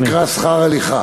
זה נקרא שכר הליכה.